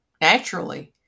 naturally